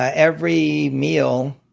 ah every meal,